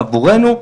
עבורנו,